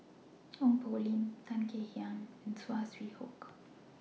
Ong Poh Lim Tan Kek Hiang and Saw Swee Hock